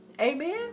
Amen